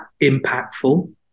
impactful